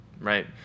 right